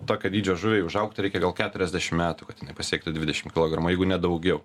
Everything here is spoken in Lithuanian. tokio dydžio žuviai užaugt reikia gal keturiasdešim metų kad pasiektų dvidešim kilogramų jeigu ne daugiau